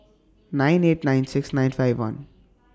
nine eight nine six nine five one